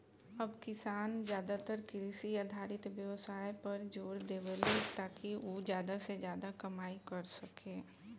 अब किसान ज्यादातर कृषि आधारित व्यवसाय पर जोर देवेले, ताकि उ ज्यादा से ज्यादा कमाई कर सके